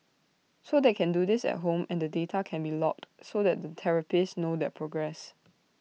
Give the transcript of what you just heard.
so they can do this at home and the data can be logged so that the therapist knows their progress